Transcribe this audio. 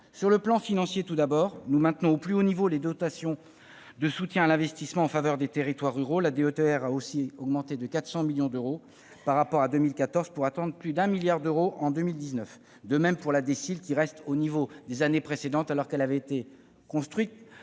Sur le plan financier d'abord, nous maintenons au plus haut niveau les dotations de soutien à l'investissement en faveur des territoires ruraux. La DETR a ainsi augmenté de 400 millions d'euros par rapport à 2014 pour atteindre plus de 1 milliard d'euros en 2019. De même pour la DSIL, qui reste au niveau des années précédentes alors qu'elle était au départ